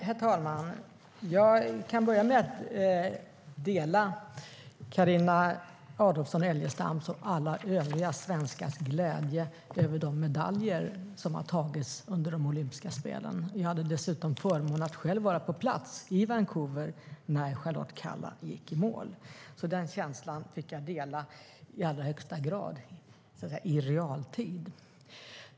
Herr talman! Jag kan börja med att dela Carina Adolfsson Elgestams och alla övriga svenskars glädje över de medaljer som har tagits under de olympiska spelen. Jag hade dessutom förmånen att själv vara på plats i Vancouver när Charlotte Kalla gick i mål, så den känslan fick jag i allra högsta grad dela i realtid.